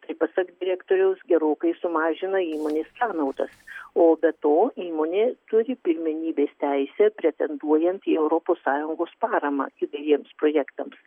tai pasak direktoriaus gerokai sumažina įmonės sąnaudas o be to įmonė turi pirmenybės teisę pretenduojant į europos sąjungos paramą dideliems projektams